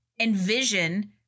envision